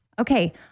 Okay